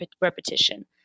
repetition